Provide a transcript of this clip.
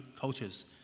cultures